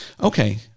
okay